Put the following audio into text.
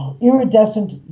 iridescent